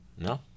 No